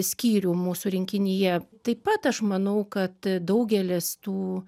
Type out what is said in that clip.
skyrių mūsų rinkinyje taip pat aš manau kad daugelis tų